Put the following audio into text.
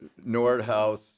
Nordhaus